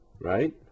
Right